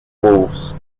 wolves